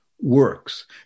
works